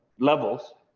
levels,